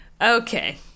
okay